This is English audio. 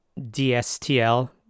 DSTL